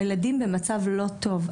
הילדים במצב רגשי לא טוב.